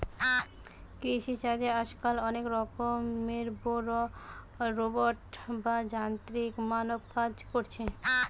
কৃষি চাষে আজকাল অনেক রকমের রোবট বা যান্ত্রিক মানব কাজ কোরছে